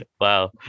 wow